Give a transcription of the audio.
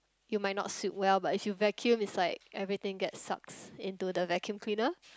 you might not sweep well but if you vacuum it's like everything get sucks into the vacuum cleaner